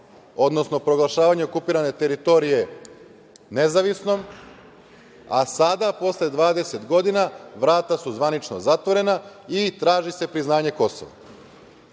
odnosno proglašavanje okupirane teritorije nezavisnom, a sada posle 20 godina vrata su zvanično zatvorena i traži se priznanje